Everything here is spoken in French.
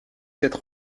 cette